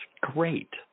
great